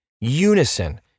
Unison